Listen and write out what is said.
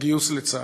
הגיוס לצה"ל.